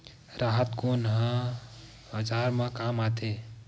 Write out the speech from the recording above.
राहत कोन ह औजार मा काम आथे?